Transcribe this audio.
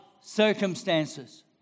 circumstances